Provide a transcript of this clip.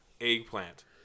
Eggplant